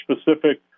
specific